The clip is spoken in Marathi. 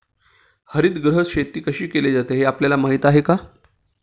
हरितगृह शेती कशी केली जाते हे आपल्याला माहीत आहे का?